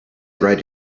write